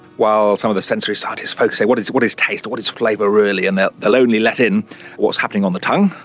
while some of the sensory scientist folk say what is what is taste and what is flavour really, and they'll they'll only let in what is happening on the tongue,